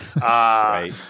Right